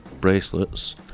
bracelets